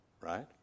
right